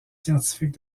scientifiques